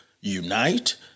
unite